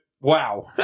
wow